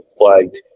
flagged